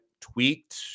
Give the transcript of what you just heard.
tweaked